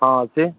ହଁ ଅଛି